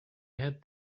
had